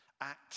act